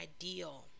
ideal